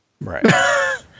Right